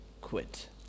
quit